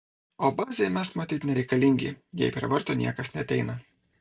o bazei mes matyt nereikalingi jei prie vartų niekas neateina